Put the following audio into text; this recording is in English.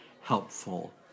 helpful